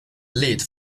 lead